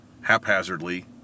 haphazardly